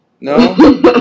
No